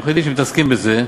עורכי-דין שמתעסקים בזה,